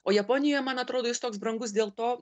o japonijoje man atrodo jis toks brangus dėl to